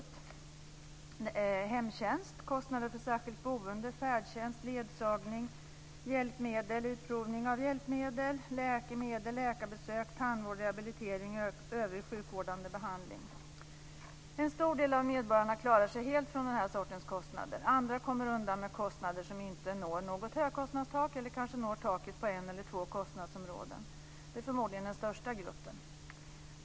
Det är hemtjänst, kostnader för särskilt boende, färdtjänst, ledsagning, hjälpmedel, utprovning av hjälpmedel, läkemedel, läkarbesök, tandvård, rehabilitering och övrig sjukvårdande behandling. En stor del av medborgarna klarar sig helt från den här sortens kostnader. Andra kommer undan med kostnader som inte når något högkostnadstak eller kanske når taket på en eller två kostnadsområden; det är förmodligen den största gruppen.